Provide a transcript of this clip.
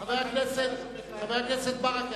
חבר הכנסת ברכה,